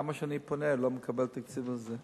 כמה שאני פונה, אני לא מקבל תקציב לזה.